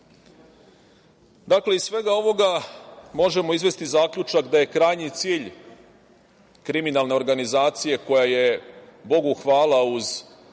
iz svega ovoga možemo izvesti zaključak da je krajnji cilj kriminalne organizacije, koja je, Bogu hvala, uz